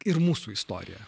ir mūsų istoriją